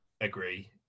Agree